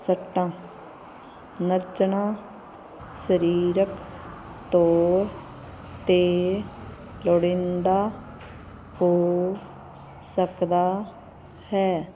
ਸੱਟਾਂ ਨੱਚਣਾ ਸਰੀਰਕ ਤੌਰ 'ਤੇ ਲੋੜੀਂਦਾ ਹੋ ਸਕਦਾ ਹੈ